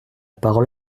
parole